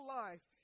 life